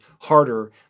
harder